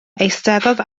eisteddodd